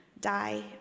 die